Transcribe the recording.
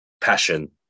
passion